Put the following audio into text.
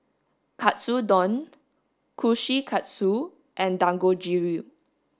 Katsudon Kushikatsu and Dangojiru